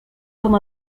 com